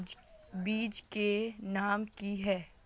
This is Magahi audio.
बीज के नाम की है?